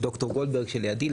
ביחד עם ד״ר גולדברג שליידי,